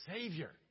Savior